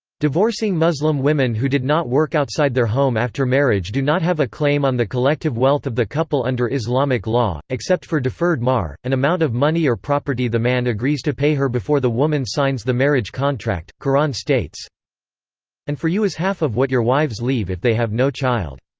divorcing muslim women who did not work outside their home after marriage do not have a claim on the collective wealth of the couple under islamic law, except for deferred mahr an amount of money or property the man agrees to pay her before the woman signs the marriage contract quran states and for you is half of what your wives leave if they have no child.